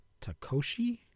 Takoshi